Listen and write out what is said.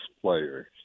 players